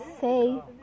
say